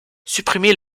supprimer